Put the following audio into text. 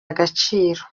agaciro